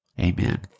Amen